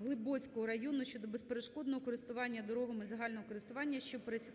Глибоцького району щодо безперешкодного користування дорогами загального користування, що пересікають